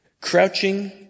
Crouching